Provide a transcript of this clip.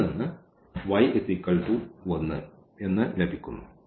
അതിൽ നിന്ന് y1 എന്ന് ലഭിക്കുന്നു